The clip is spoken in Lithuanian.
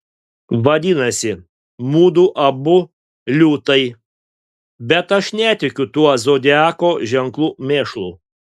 vadinasi mudu abu liūtai bet aš netikiu tuo zodiako ženklų mėšlu